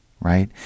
right